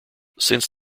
since